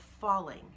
falling